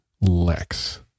Lex